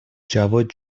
جواد